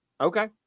Okay